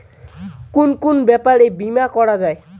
কুন কুন ব্যাপারে বীমা করা যায়?